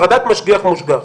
הפרדת משגיח-מושגח.